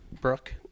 Brooke